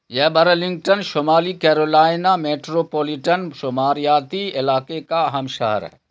یہ برلنگٹن شمالی Carolina metropolitan شماریاتی علاقے کا اہم شہر ہے